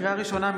לקריאה ראשונה,